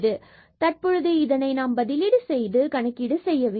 எனவே தற்பொழுது நாம் இதை பதிலீடு செய்து பின்பு கணக்கீடு செய்ய வேண்டும்